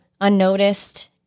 unnoticed